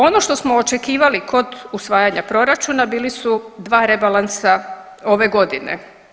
Ono što smo očekivali kod usvajanja proračuna bili su dva rebalansa ove godine.